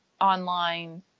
online